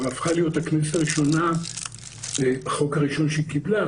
הפכה להיות הכנסת הראשונה בחוק הראשון שהיא קיבלה,